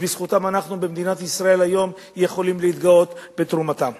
ובזכותם אנחנו במדינת ישראל היום יכולים להתגאות בתרומתם.